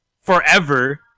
forever